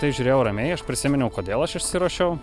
tai žiūrėjau ramiai aš prisiminiau kodėl aš išsiruošiau